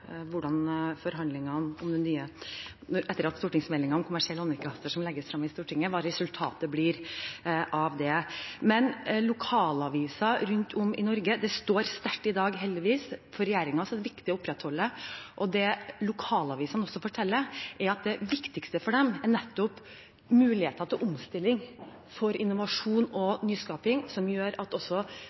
etter at stortingsmeldingen om kommersiell allmennkringkaster legges frem for Stortinget. Men lokalaviser rundt om i Norge står sterkt i dag, heldigvis. For regjeringen er dette viktig å opprettholde, og det lokalavisene også forteller, er at det viktigste for dem er nettopp muligheter til omstilling, innovasjon og nyskaping som gjør at de også